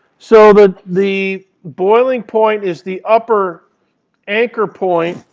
so the the boiling point is the upper anchor point